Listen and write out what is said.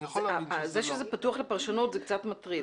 זה שזה פתוח לפרשנות זה קצת מטריד.